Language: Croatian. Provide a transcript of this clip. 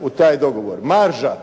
u taj dogovor. Marža,